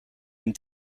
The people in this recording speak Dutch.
een